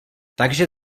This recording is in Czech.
takže